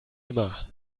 immer